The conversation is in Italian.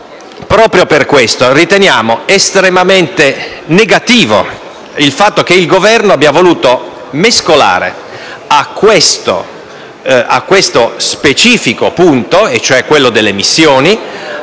proprio per questo riteniamo estremamente negativo il fatto che il Governo abbia voluto mescolare con questo specifico punto, e cioè quello delle missioni,